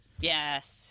Yes